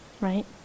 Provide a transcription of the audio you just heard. right